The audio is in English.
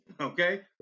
Okay